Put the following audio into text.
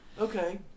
Okay